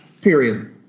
Period